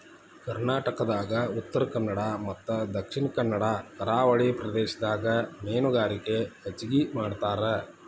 ಕರ್ನಾಟಕದಾಗ ಉತ್ತರಕನ್ನಡ ಮತ್ತ ದಕ್ಷಿಣ ಕನ್ನಡ ಕರಾವಳಿ ಪ್ರದೇಶದಾಗ ಮೇನುಗಾರಿಕೆ ಹೆಚಗಿ ಮಾಡ್ತಾರ